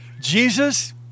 Jesus